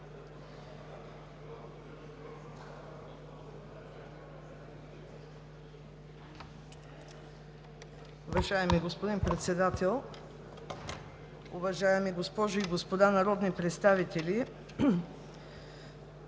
Уважаеми господин Председател, уважаеми госпожи и господа народни представители!